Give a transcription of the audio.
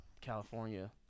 California